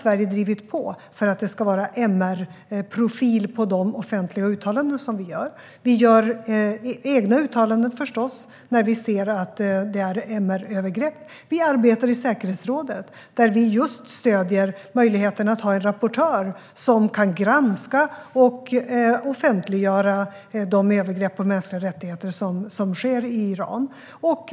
Sverige har drivit på för att det ska vara MR-profil på de offentliga uttalanden som vi gör. Vi gör egna uttalanden, förstås, när vi ser att det förekommer MR-övergrepp. Vi arbetar i säkerhetsrådet, där vi just stöder möjligheten att ha en rapportör som kan granska och offentliggöra de övergrepp på mänskliga rättigheter som sker i Iran.